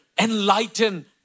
enlighten